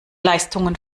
leistungen